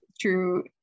true